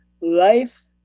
life